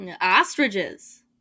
Ostriches